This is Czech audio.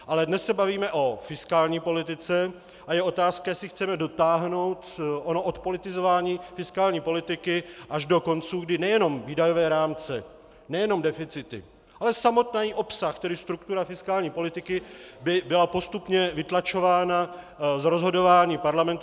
Ale dnes se bavíme o fiskální politice a je otázka, jestli chceme dotáhnout ono odpolitizování fiskální politiky až do konců, kdy nejenom výdajové rámce, nejenom deficity, ale samotný obsah, tedy struktura fiskální politiky byla postupně vytlačována z rozhodování parlamentu.